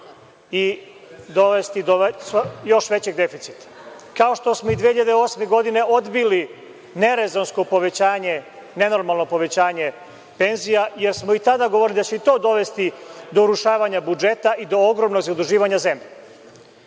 i dovesti do još većeg deficita, kao što smo i 2008. godine odbili nerezonsko povećanje, nenormalno povećanje penzija, jer smo i tada govorili da će i to dovesti do urušavanja budžeta i do ogromnog zaduživanja zemlje. Vi